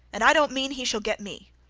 and i don't mean he shall get me.